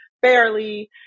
fairly